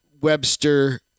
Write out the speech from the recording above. Webster